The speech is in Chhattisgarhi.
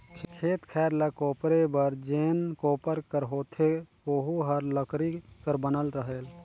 खेत खायर ल कोपरे बर जेन कोपर हर होथे ओहू हर लकरी कर बनल रहेल